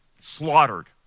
slaughtered